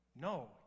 No